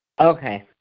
Okay